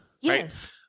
Yes